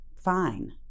fine